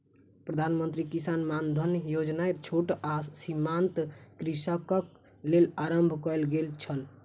प्रधान मंत्री किसान मानधन योजना छोट आ सीमांत कृषकक लेल आरम्भ कयल गेल छल